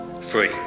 free